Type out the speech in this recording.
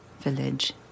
village